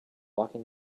walking